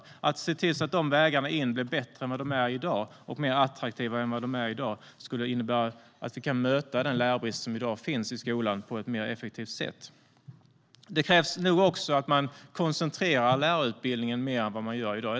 Vi ska se till att dessa vägar in blir bättre och mer attraktiva än de är i dag. Det skulle innebära att vi kan möta den lärarbrist som i dag finns i skolan på ett mer effektivt sätt. Det krävs nog också att man koncentrerar lärarutbildningen mer än vad man gör i dag.